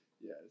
Yes